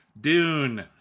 Dune